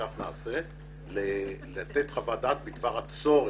וכך נעשה, לתת חוות דעת בדבר הצורך.